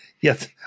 Yes